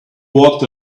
walked